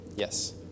Yes